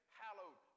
hallowed